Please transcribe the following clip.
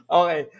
okay